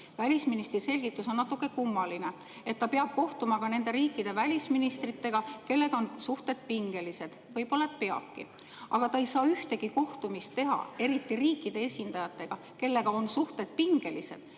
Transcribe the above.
Välisministri selgitus on natuke kummaline: ta peab kohtuma ka nende riikide välisministritega, kellega on suhted pingelised. Võib-olla peabki. Aga ta ei saa ühtegi kohtumist teha, eriti selliste riikide esindajatega, kellega on suhted pingelised